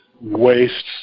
wastes